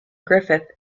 griffith